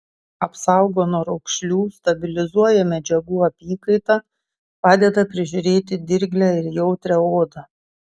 apsaugo nuo raukšlių stabilizuoja medžiagų apykaitą padeda prižiūrėti dirglią ir jautrią odą